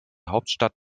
hauptstadt